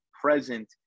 present